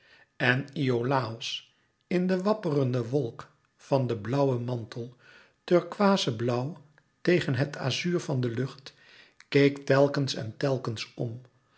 en iolàos in de wapperende wolk van den blauwen mantel turkooisblauw tegen het azuur van de lucht keek telkens en telkens om